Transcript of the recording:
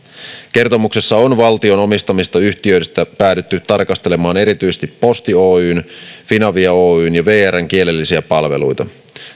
kertomuksessa on valtion omistamista yhtiöistä päädytty tarkastelemaan erityisesti posti group oyjn finavia oyjn kielellisiä palveluita